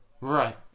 Right